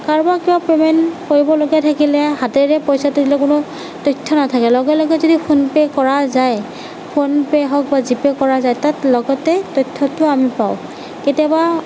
কাৰোবাৰ কিবা পে'মেণ্ট কৰিবলগীয়া থাকিলে হাতেৰে পইচাটো দিলে কোনো তথ্য নাথাকে লগে লগে যদি ফোনপে' কৰা যায় ফোনপে' হওঁক বা জিপে' কৰা যায় তাত লগতে তথ্যটো আমি পাওঁ কেতিয়াবা